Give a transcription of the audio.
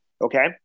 okay